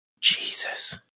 Jesus